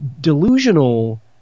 delusional